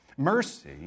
Mercy